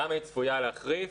למה היא צפויה להחריף?